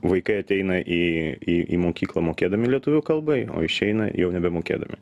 vaikai ateina į į į mokyklą mokėdami lietuvių kalbai o išeina jau nebemokėdami